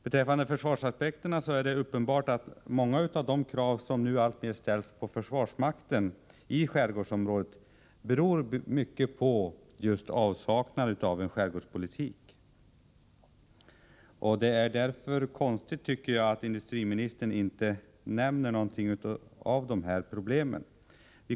Beträffande försvarsaspekterna är det uppenbart att många av de krav som i allt större utsträckning ställs på försvarsmakten i skärgårdsområdena i hög grad har sin grund i just avsaknaden av en skärgårdspolitik. Jag tycker därför att det är konstigt att industriministern inte säger någonting om de problemen.